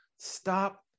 stop